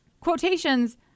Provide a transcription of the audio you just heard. quotations